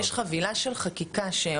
אני חושבת שיש חבילה של חקיקה שעוסקת